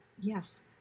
yes